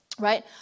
right